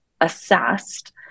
assessed